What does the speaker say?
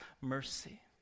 mercy